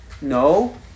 No